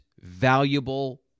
valuable